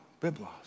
biblos